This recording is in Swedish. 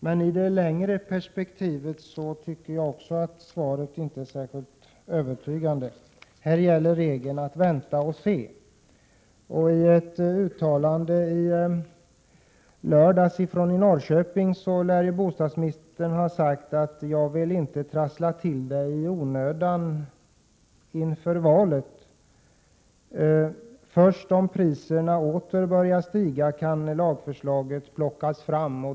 Men i det längre perspektivet tycker jag inte att svaret är särskilt övertygande. Här gäller regeln om att vänta och se. I ett uttalande från lördagen i Norrköping sade bostadsministern att han inte i onödan ville trassla till det inför valet. Först om priserna åter börjar stiga, kan lagförslaget plockas fram.